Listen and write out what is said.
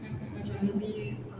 mmhmm mmhmm